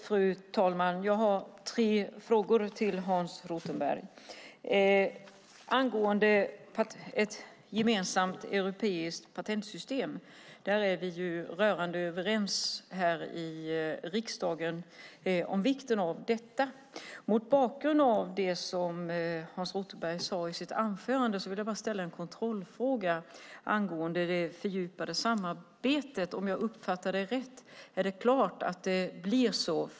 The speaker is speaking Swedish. Fru talman! Jag har tre frågor till Hans Rothenberg. Vikten av ett gemensamt europeiskt patentsystem är vi i riksdagen rörande överens om. Mot bakgrund av det som Hans Rothenberg sade i sitt anförande vill jag bara ställa en kontrollfråga angående det fördjupade samarbetet. Uppfattade jag rätt att det är klart att det blir så?